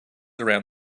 around